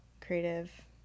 creative